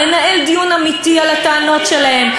לנהל דיון אמיתי על הטענות שלהם,